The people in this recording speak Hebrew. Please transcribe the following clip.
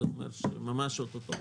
זה ממש או-טו-טו.